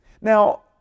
Now